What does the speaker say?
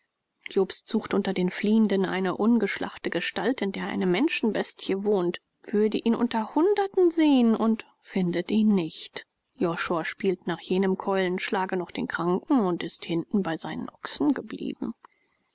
jobst sucht unter den fliehenden eine ungeschlachte gestalt in der eine menschenbestie wohnt würde ihn unter hunderten sehen und findet ihn nicht josua spielt nach jenem keulenschlage noch den kranken und ist hinten bei seinen ochsen geblieben